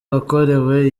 wakorewe